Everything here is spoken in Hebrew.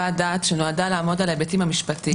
הר הבית תחת שלטון